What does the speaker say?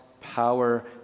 power